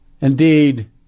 indeed